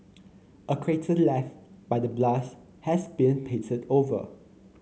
a crater left by the blast has been painted over